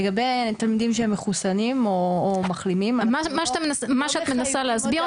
לגבי תלמידים שהם מחוסנים או מחלימים -- מה שאת מנסה להסביר